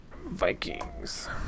Vikings